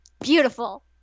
beautiful